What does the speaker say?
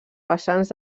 vessants